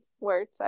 words